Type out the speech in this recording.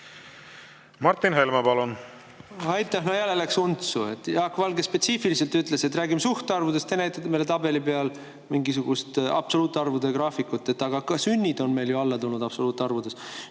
Martin Helme, palun! No jälle läks untsu! Jaak Valge spetsiifiliselt ütles, et räägime suhtarvudest, te näitate meile tabeli peal mingisugust absoluutarvude graafikut. Aga ka sünnid on meil ju alla tulnud absoluutarvudes.